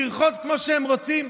לרחוץ כמו שהן רוצות,